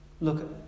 look